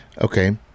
Okay